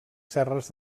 serres